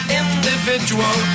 individual